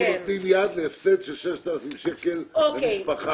אנחנו נותנים יד להפסד של 6,000 שקל למשפחה,